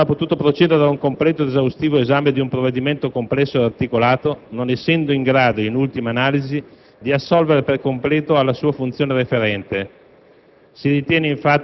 la Commissione non ha potuto procedere ad un completo ed esaustivo esame di un provvedimento complesso e articolato, non essendo in grado, in ultima analisi, di assolvere per completo alla sua funzione referente.